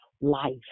life